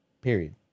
period